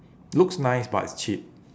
looks nice but it's cheap